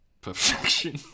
perfection